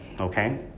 okay